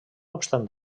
obstant